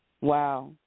Wow